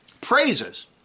praises